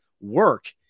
work